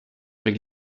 avec